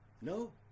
No